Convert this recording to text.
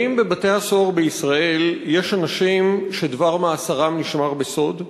האם בבתי-הסוהר בישראל יש אנשים שדבר מאסרם נשמר בסוד?